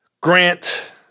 Grant –